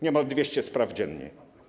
Niemal 200 spraw dziennie.